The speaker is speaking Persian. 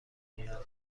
کنند